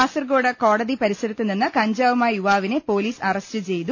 കാസർകോട് കോടതി പരിസരത്തുനിന്ന് കഞ്ചാവുമായി യുവാ വിനെ പോലീസ് അറസ്റ്റ് ചെയ്തു